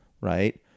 right